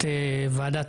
ועדת